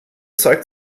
zeigt